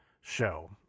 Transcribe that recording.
Show